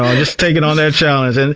um just taking on that challenge. and